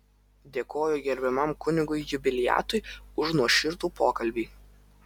dėkoju gerbiamam kunigui jubiliatui už nuoširdų pokalbį